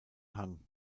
hang